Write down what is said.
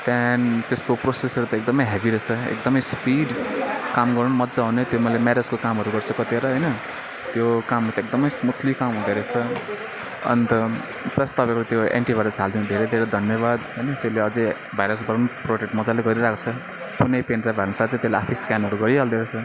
त्यहाँ त्यसको प्रोसेसर त एकदम हेभी रहेछ एकदम स्पिड काम गर्नु मजा आउने त्यो मैले म्यारेजको कामहरू गर्छु कतिवटा होइन त्यो कामहरू त एकदम स्मुथली काम हुँदो रहेछ अन्त प्लस तपाईँको त्यो एन्टिभाइरस हालिदिएकोमा धेरै धेरै धन्यवाद होइन त्यसले अझ भाइरसबाट प्रोटेक्ट मजाले गरिरहेको छ कुनै पेनड्राइभ हाल्न साथै त्यसले आफैँ स्क्यानहरू गरिहाल्दो रहेछ